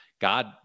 God